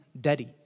daddy